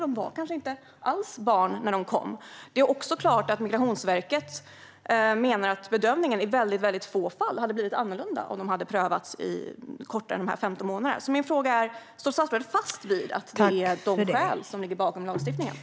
De var kanske inte alls barn när de kom. Det står också klart att Migrationsverket menar att bedömningen hade blivit annorlunda i väldigt få fall om de hade prövats snabbare, under de 15 månaderna. Står statsrådet fast vid skälen som ligger bakom lagstiftningen?